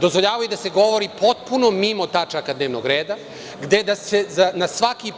Dozvoljavaju da se govori potpuno mimo tačaka dnevnog reda gde na svaki